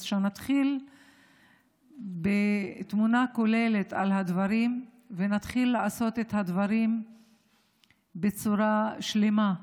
אז שנתחיל בתמונה כוללת על הדברים ונתחיל לעשות את הדברים בצורה שלמה,